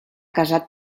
casat